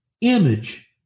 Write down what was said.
image